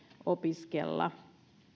opiskella